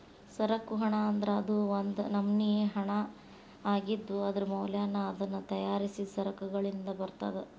ಸರಕು ಹಣ ಅಂದ್ರ ಅದು ಒಂದ್ ನಮ್ನಿ ಹಣಾಅಗಿದ್ದು, ಅದರ ಮೌಲ್ಯನ ಅದನ್ನ ತಯಾರಿಸಿದ್ ಸರಕಗಳಿಂದ ಬರ್ತದ